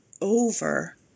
over